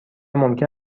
ممکن